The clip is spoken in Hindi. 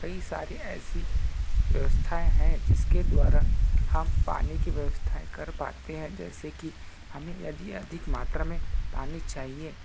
कई सारी ऐसी व्यवस्थाएं है जिसके द्वारा हम पानी की व्यवस्थाएं कर पाते है जैसे की हमें यदि अधिक मात्रा में पानी चाहिए